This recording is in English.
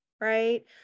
right